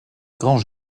grange